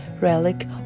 relic